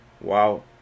Wow